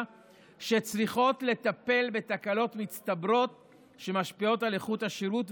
שצריכות לטפל בתקלות מצטברות שמשפיעות על איכות השירות,